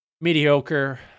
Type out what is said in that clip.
mediocre